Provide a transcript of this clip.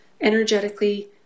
energetically